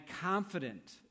confident